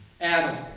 Adam